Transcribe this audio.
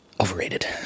Overrated